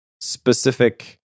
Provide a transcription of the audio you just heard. specific